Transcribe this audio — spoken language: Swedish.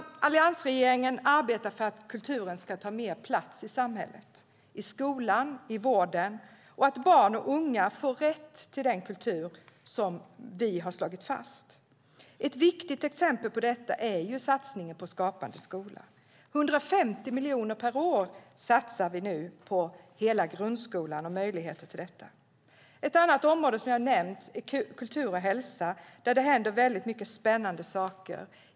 Alliansregeringen arbetar för att kulturen ska ta mer plats i samhället, i skolan, i vården och att barn och unga får rätt till den kultur som vi har slagit fast. Ett viktigt exempel på detta är satsningen på Skapande skola. 150 miljoner per år satsar vi nu på hela grundskolan och möjligheter till detta. Ett annat område som jag har nämnt är kultur och hälsa, där det händer väldigt mycket spännande saker.